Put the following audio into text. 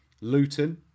Luton